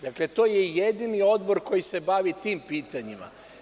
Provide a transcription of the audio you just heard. Dakle, to je jedini odbor koji se bavi tim pitanjima.